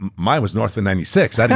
mine was north of ninety sixth. and